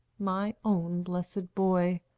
my own blessed boy.